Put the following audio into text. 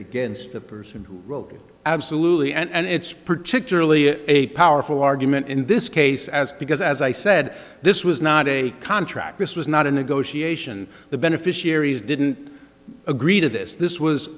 against the person who wrote it absolutely and it's particularly a powerful argument in this case as because as i said this was not a contract this was not a negotiation the beneficiaries didn't agree to this this was